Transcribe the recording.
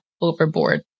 overboard